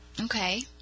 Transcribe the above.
Okay